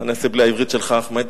מה נעשה בלי העברית שלך, אחמד.